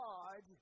God